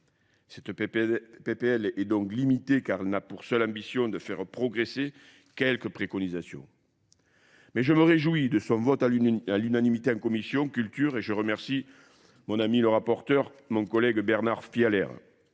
Cette PPL est donc limitée car elle n'a pour seule ambition de faire progresser quelques préconisations. Mais je me réjouis de son vote à l'unanimité en commission culture et je remercie Mon ami le rapporteur, mon collègue Bernard Fialer.